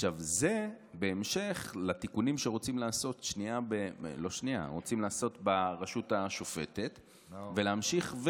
זה בהמשך לתיקונים שרוצים לעשות ברשות השופטת ולהמשיך,